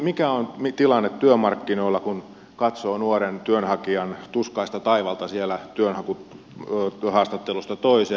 mikä on tilanne työmarkkinoilla kun katsoo nuoren työnhakijan tuskaista taivalta siellä työhaastattelusta toiseen